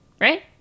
Right